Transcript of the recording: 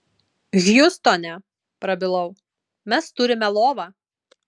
hjustone prabilau mes turime lovą